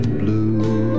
blue